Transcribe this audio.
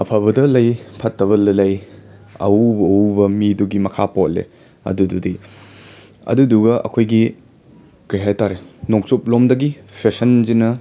ꯑꯐꯕꯗ ꯂꯩ ꯐꯠꯇꯕ ꯂꯩ ꯑꯎ ꯑꯎꯕ ꯃꯤꯗꯨꯒꯤ ꯃꯈꯥ ꯄꯣꯜꯂꯦ ꯑꯗꯨꯗꯨꯗꯤ ꯑꯗꯨꯗꯨꯒ ꯑꯩꯈꯣꯏꯒꯤ ꯀꯩ ꯍꯥꯏ ꯇꯥꯔꯦ ꯅꯣꯡꯆꯨꯞ ꯂꯣꯝꯗꯒꯤ ꯐꯦꯁꯟꯁꯤꯅ